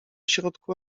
środku